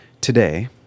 today